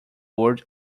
word